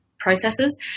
processes